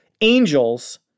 Angels